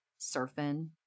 surfing